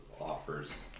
offers